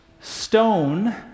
stone